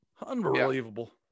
unbelievable